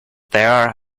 there